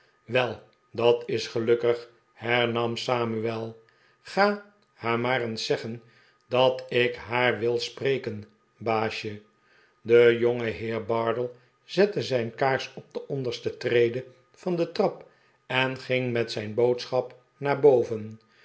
wel dat is gelukkig hernam samuel ga haar maar eens zeggen dat ik haar wil spreken baasje de jongeheer bardell zette zijn kaars op de onderste trede van de trap en ging met zijn boodschap naar boven